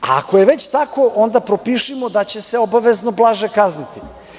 Ako je već tako onda propišimo da će se obavezno blaže kazniti.